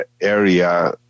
area